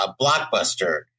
blockbuster